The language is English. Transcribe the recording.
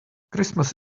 christmas